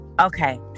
Okay